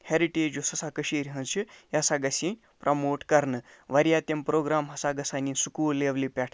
heritage یۄس ہسا کٔشیٖرِ ہٕنٛز چھِ یہِ ہسا گژھِ یِن پرٛموٹ کَرنہٕ واریاہ تِم پرٛوگرام ہسا گژھَن یِن سکوٗل لیٚولہِ پٮ۪ٹھ